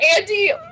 Andy